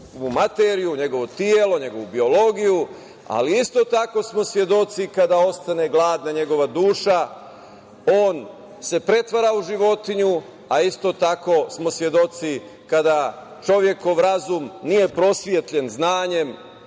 materiju, njegovo telo, njegovu biologiju, ali isto tako smo svedoci kada ostane gladna njegova duša, on se pretvara u životinju. Isto tako, svedoci smo da kada čovekov razum nije prosvetljen znanjem,